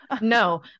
No